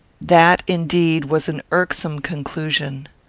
that, indeed, was an irksome conclusion.